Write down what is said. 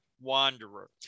Wanderer